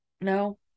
no